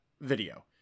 video